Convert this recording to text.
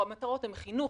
המטרות הן: חינוך,